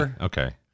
Okay